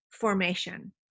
formation